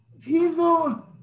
people